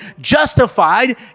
justified